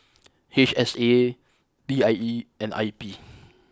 H S A P I E and I P